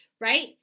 right